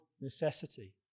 necessity